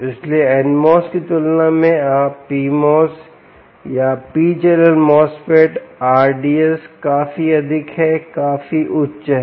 इसलिएn MOS की तुलना में आप PMOS या p channel MOSFET R d s काफी अधिक है काफी उच्च है